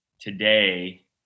today